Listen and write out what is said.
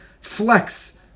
flex